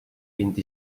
vint